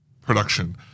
production